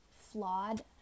flawed